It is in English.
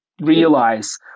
realize